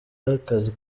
akazi